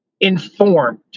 informed